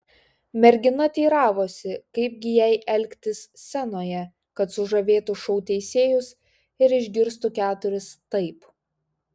mergina teiravosi kaip gi jai elgtis scenoje kad sužavėtų šou teisėjus ir išgirstų keturis taip